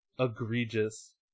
egregious